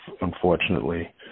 unfortunately